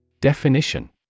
Definition